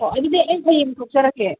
ꯑꯣ ꯑꯗꯨꯗꯤ ꯑꯩ ꯍꯌꯦꯡ ꯊꯣꯛꯆꯔꯛꯀꯦ